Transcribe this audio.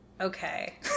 Okay